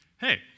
Hey